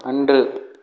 அன்று